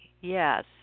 yes